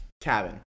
cabin